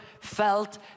felt